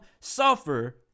suffer